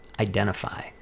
identify